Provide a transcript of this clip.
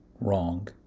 wrong